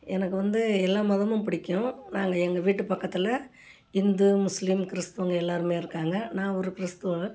எனக்கு வந்து எல்லா மதமும் பிடிக்கும் நாங்கள் எங்கள் வீட்டு பக்கத்தில் இந்து முஸ்லீம் கிறிஸ்துவங்க எல்லோருமே இருக்காங்க நான் ஒரு கிறிஸ்துவர்